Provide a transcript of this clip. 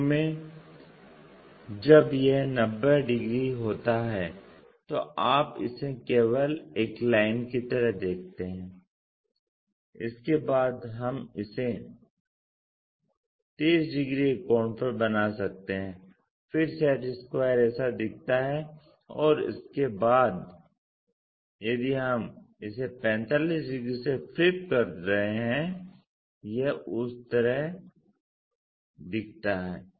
शुरू में जब यह 90 डिग्री होता है तो आप इसे केवल एक लाइन की तरह देखते हैं उसके बाद हम इसे 30 डिग्री के कोण पर बना सकते हैं फिर सेट स्क्वायर ऐसा दिखता है और उसके बाद यदि हम इसे 45 डिग्री से फ़्लिप कर रहे हैं यह उस तरह दिखता है